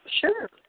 Sure